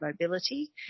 mobility